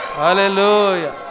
hallelujah